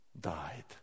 died